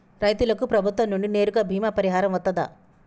రైతులకు ప్రభుత్వం నుండి నేరుగా బీమా పరిహారం వత్తదా?